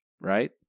Right